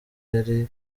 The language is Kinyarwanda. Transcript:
yari